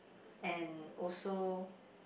and also